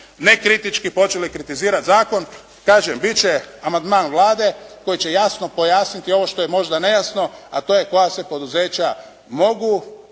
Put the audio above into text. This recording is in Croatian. nekritički počeli kritizirati zakon. Kažem bit će amandman Vlade koji će jasno pojasniti ono što je možda nejasno a to je koja se poduzeća mogu